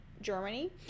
Germany